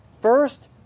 First